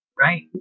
Right